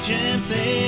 Gently